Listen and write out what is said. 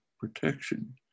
protection